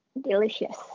delicious